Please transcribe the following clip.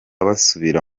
basubira